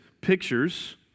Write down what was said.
pictures